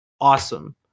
awesome